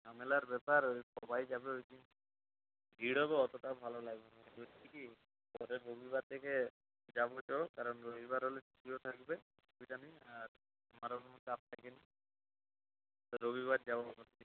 ঝামেলার ব্যাপার ওই সবাই যাবে ওই দিন ভিড় হবে অতোটা ভালো লাগবে না বলছি কী পরের রবিবার দেখে যাবো চ কারণ রবিবার হলে ছুটিও থাকবে অসুবিধা নেই আর আমারও চাপ থাকে না তো রবিবার যাবো ভাবছি